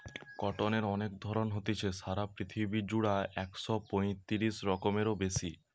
কটনের অনেক ধরণ হতিছে, সারা পৃথিবী জুড়া একশ পয়তিরিশ রকমেরও বেশি